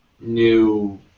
new